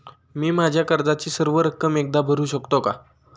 मी माझ्या कर्जाची सर्व रक्कम एकदा भरू शकतो का?